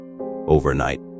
Overnight